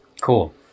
Cool